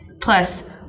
Plus